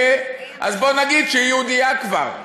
אז בוא נגיד שהיא יהודייה כבר.